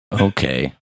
Okay